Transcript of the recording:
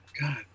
God